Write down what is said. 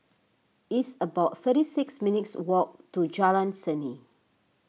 it's about thirty six minutes' walk to Jalan Seni